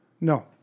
No